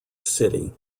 city